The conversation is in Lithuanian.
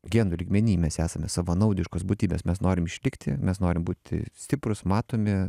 genų lygmeny mes esame savanaudiškos būtybės mes norim išlikti mes norim būti stiprūs matomi